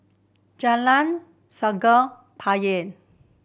Jalan Sungei Poyan